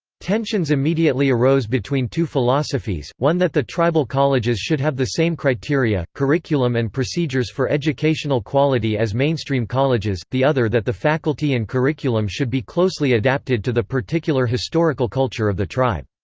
tensions immediately arose between two philosophies one that the tribal colleges should have the same criteria, curriculum and procedures for educational quality as mainstream colleges, the other that the faculty and curriculum should be closely adapted to the particular historical culture of the tribe.